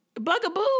bugaboo